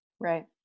Right